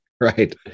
right